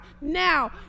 now